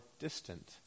distant